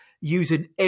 using